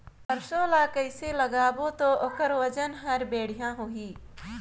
सरसो ला कइसे लगाबो ता ओकर ओजन हर बेडिया होही?